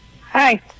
Hi